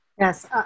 Yes